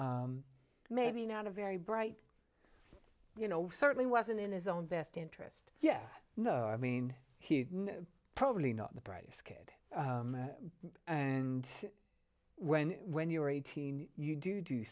maybe not a very bright you know certainly wasn't in his own best interest yeah no i mean he is probably not the brightest kid and when when you're eighteen you do do